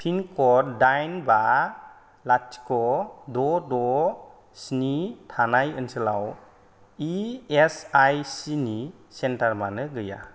पिनक'ड दाइन बा लाथिख' द' द' स्नि थानाय ओनसोलाव इ एस आइ सि नि सेन्टार मानो गैया